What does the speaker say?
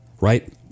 Right